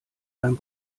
beim